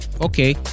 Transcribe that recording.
okay